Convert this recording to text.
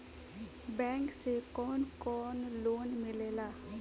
Bank से कौन कौन लोन मिलेला?